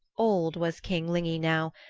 old was king lygni now,